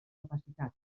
capacitat